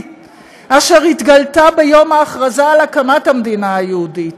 אשר התגלתה ביום ההכרזה על הקמת המדינה היהודית.